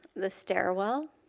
the stairwell,